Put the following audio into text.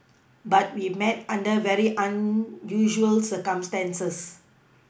but we met under very unusual circumstances